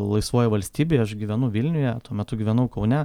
laisvoj valstybėj aš gyvenu vilniuje tuo metu gyvenau kaune